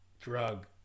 drug